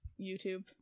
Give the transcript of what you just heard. YouTube